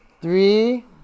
Three